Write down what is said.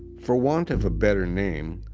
for want of a better name,